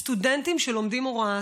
הסטודנטים שלומדים הוראה,